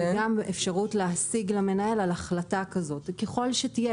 וגם אפשרות להשיג למנהל על החלטה כזאת, ככל שתהיה.